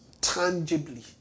tangibly